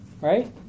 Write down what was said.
right